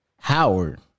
Howard